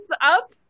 up